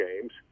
games